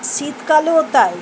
শীতকালেও তাই